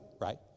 right